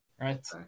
right